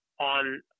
on